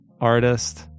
artist